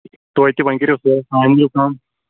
توتہِ وۅنۍ کٔرو سٲنۍ یہِ کٲم کَم